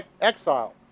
exile